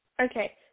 Okay